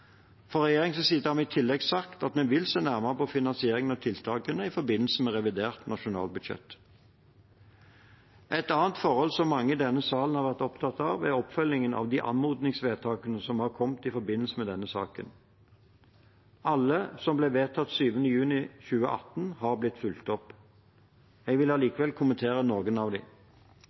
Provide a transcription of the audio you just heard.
side har vi i tillegg sagt at vi vil se nærmere på finansieringen av tiltakene i forbindelse med revidert nasjonalbudsjett. Et annet forhold som mange i denne salen har vært opptatt av, er oppfølgingen av de anmodningsvedtakene som har kommet i forbindelse med denne saken. Alle som ble vedtatt 7. juni 2018, har blitt fulgt opp. Jeg vil likevel kommentere noen av